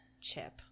chip